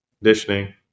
conditioning